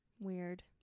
Weird